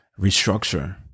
restructure